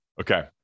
Okay